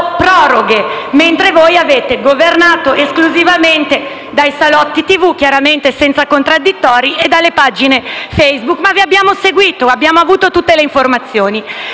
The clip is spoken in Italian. proroghe, mentre voi avete governato esclusivamente dai salotti televisivi, chiaramente senza contraddittori, e dalle pagine Facebook. Ma vi abbiamo seguito, abbiamo avuto tutte le informazioni: